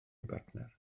bartner